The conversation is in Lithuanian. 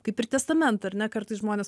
kaip ir testamentą ar ne kartais žmonės